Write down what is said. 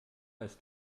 ist